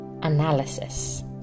analysis